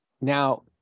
Now